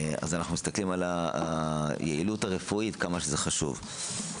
אנחנו מסתכלים על היעילות הרפואית, כמה זה חשוב.